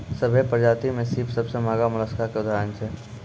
सभ्भे परजाति में सिप सबसें महगा मोलसका के उदाहरण छै